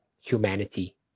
humanity